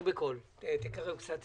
אבל הרפורמה צריכה ללכת